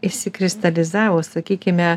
išsikristalizavo sakykime